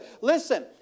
Listen